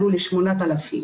עלו ל-8,000.